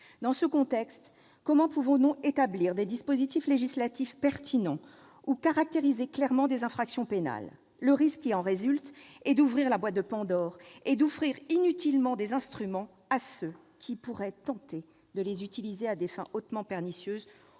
Dans ce contexte, comment pouvons-nous établir des dispositifs législatifs pertinents ou caractériser clairement des infractions pénales ? Le risque est d'ouvrir la boîte de Pandore et d'offrir inutilement des instruments à ceux qui pourraient être tentés de les utiliser à des fins hautement pernicieuses,